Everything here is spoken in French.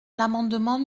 l’amendement